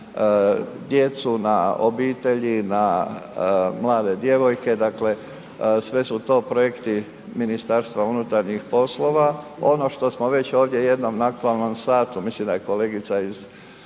na djecu, na obitelji, na mlade djevojke, dakle sve su to projekti MUP-a. Ono što smo već ovdje jednom na aktualnom satu, mislim da je kolegica iz